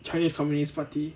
chinese communist party